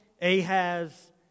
Ahaz